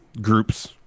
groups